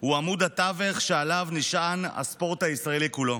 המאמן הוא עמוד התווך שעליו נשען הספורט הישראלי כולו.